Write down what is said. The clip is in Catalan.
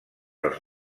als